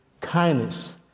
kindness